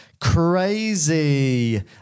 crazy